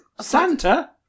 Santa